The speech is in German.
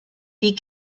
die